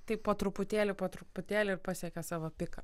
taip po truputėlį po truputėlį ir pasiekia savo piką